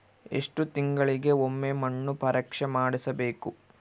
ಎಷ್ಟು ತಿಂಗಳಿಗೆ ಒಮ್ಮೆ ಮಣ್ಣು ಪರೇಕ್ಷೆ ಮಾಡಿಸಬೇಕು?